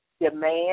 demand